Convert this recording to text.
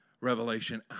Revelation